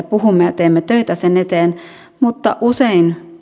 puhumme ja teemme töitä sen eteen mutta usein